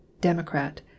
Democrat